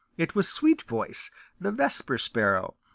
it was sweetvoice the vesper sparrow,